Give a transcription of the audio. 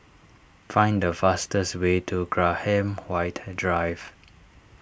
find the fastest way to Graham White Drive